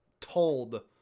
told